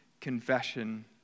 confession